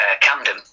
Camden